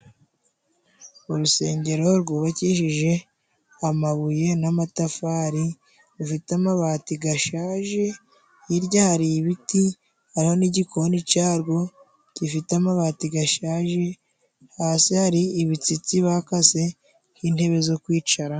Urusengero rwubakishije amabuye n'amatafari rufite amabati gashaje, hirya hari ibiti, hariyo n'igikoni carwo gifite amabati gashaje, hasi hari ibitsitsi bakase nk'intebe zo kwicaraho.